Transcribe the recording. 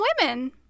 women